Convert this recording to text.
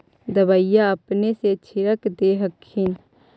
दबइया अपने से छीरक दे हखिन?